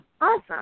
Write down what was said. awesome